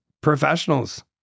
professionals